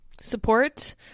support